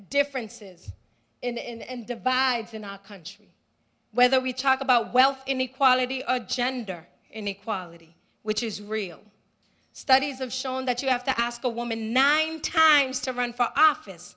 differences and divides in our country whether we talk about wealth inequality or gender inequality which is real studies have shown that you have to ask a woman i know times to run for office